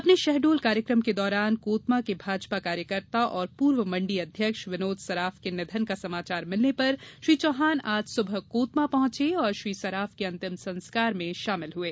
अपने शहडोल कार्यक्रम के दौरान कोतमा के भाजपा कार्यकर्ता और पूर्व मंडी अध्यक्ष विनोद सराफ के निधन का समाचार मिलने पर श्री चौहान आज सुबह कोतमा पहुंचे और श्री सराफ के अंतिम संस्कार में शामिल हुये